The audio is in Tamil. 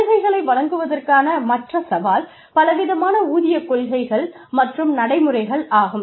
சலுகைகளை வழங்குவதற்கான மற்ற சவால் பலவிதமான ஊதிய கொள்கைகள் மற்றும் நடைமுறைகள் ஆகும்